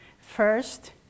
First